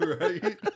Right